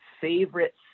favorite